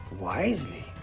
wisely